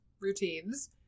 routines